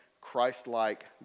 Christ-like